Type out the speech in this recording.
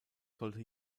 sollte